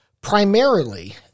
primarily